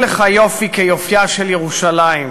"אין לך יופי כיופייה של ירושלים",